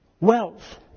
Wealth